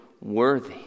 worthy